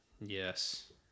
Yes